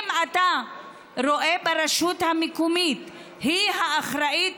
אם אתה רואה ברשות המקומית את האחראית